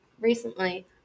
recently